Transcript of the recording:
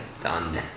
done